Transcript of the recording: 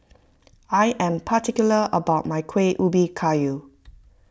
I am particular about my Kuih Ubi Kayu